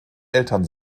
eltern